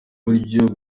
buryo